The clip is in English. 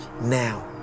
now